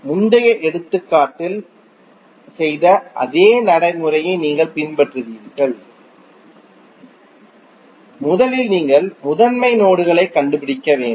முந்தைய எடுத்துக்காட்டில் செய்த அதே நடைமுறையை நீங்கள் பின்பற்றுவீர்கள் முதலில் நீங்கள் முதன்மை நோடுகளைக் கண்டுபிடிக்க வேண்டும்